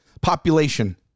population